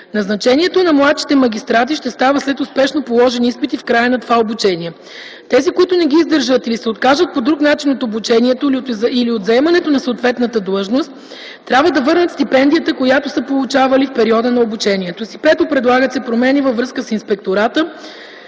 Назначението на младшите магистрати ще става след успешно положени изпити в края на това обучение. Тези, които не ги издържат или се откажат по друг начин от обучението или от заемането на съответната длъжност, трябва да върнат стипендията, която са получавали в периода на обучението си. 5. Предлагат се промени във връзка с Инспектората,